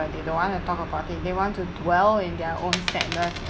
they don't want to talk about it they want to dwell in their own sadness